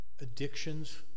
Addictions